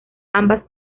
ambas